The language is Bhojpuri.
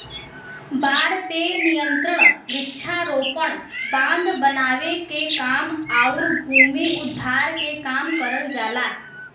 बाढ़ पे नियंत्रण वृक्षारोपण, बांध बनावे के काम आउर भूमि उद्धार के काम करल जाला